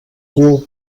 cul